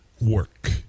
work